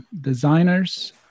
designers